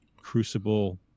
Crucible